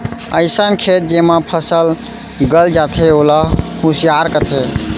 अइसन खेत जेमा फसल गल जाथे ओला खुसियार कथें